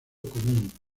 común